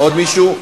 עוד מישהו?